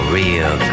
real